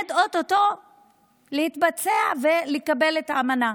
עומד או-טו-טו להתבצע ולקבל את האמנה.